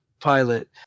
Pilot